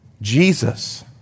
Jesus